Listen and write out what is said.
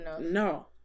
no